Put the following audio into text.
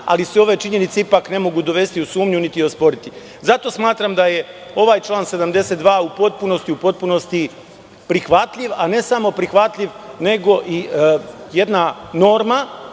ali se ove činjenice ne mogu dovesti u sumnju, niti osporiti. Zato smatram da je ovaj član 72. u potpunosti prihvatljiv, a ne samo prihvatljiv, nego i jedna norma,